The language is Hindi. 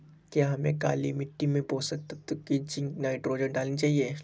क्या हमें काली मिट्टी में पोषक तत्व की जिंक नाइट्रोजन डालनी चाहिए?